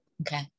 okay